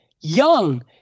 young